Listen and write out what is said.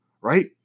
right